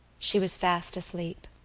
she was fast asleep.